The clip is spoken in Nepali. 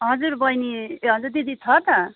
हजुर बहिनी ए हजुर दिदी छ त